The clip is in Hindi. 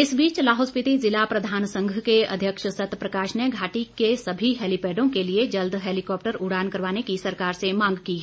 इस बीच लाहौल स्पीति जिला प्रधान संघ के अध्यक्ष सतप्रकाश ने घाटी के सभी हैलीपैड के लिए जल्द हैलीकॉप्टर उड़ान करवाने की सरकार से मांग की है